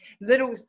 little